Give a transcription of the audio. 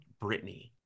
Britney